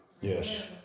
Yes